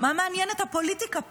מה מעניינת הפוליטיקה פה?